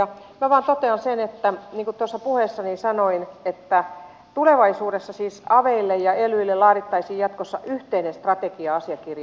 minä vain totean sen niin kuin tuossa puheessani sanoin että tulevaisuudessa siis aveille ja elyille laadittaisiin jatkossa yhteinen strategia asiakirja